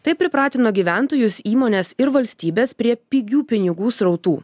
tai pripratino gyventojus įmones ir valstybes prie pigių pinigų srautų